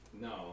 No